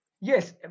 yes